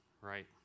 right